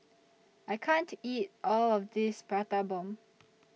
I can't eat All of This Prata Bomb